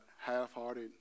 half-hearted